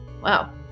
wow